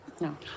no